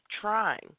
trying